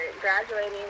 graduating